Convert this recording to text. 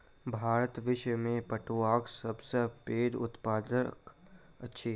भारत विश्व में पटुआक सब सॅ पैघ उत्पादक अछि